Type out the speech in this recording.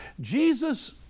Jesus